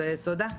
תודה.